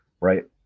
right